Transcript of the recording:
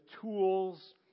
tools